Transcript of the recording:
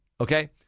Okay